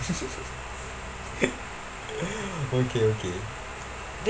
okay okay